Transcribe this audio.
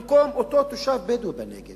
במקום אותו תושב בדואי בנגב